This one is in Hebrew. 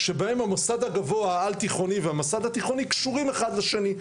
שבהם המוסד הגבוה העל תיכוני והמוסד התיכוני קשורים אחד לשני,